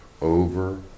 over